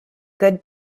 good